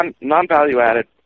Non-value-added